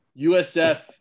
USF